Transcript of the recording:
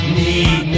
need